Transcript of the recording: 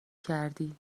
کردی